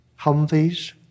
Humvees